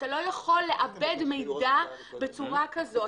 אתה לא יכול לעבד מידע בצורה כזו,